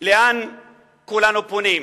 לאן כולנו פונים,